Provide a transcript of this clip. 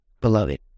beloved